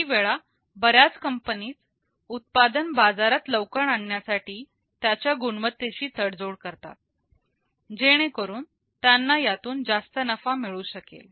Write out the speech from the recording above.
काही वेळा बऱ्याच कंपनीज उत्पादन बाजारात लवकर आणण्यासाठी त्याच्या गुणवत्तेशी तडजोड करतात जेणेकरून त्यांना यातून जास्त नफा मिळू शकेल